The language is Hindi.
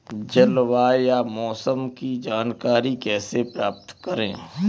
जलवायु या मौसम की जानकारी कैसे प्राप्त करें?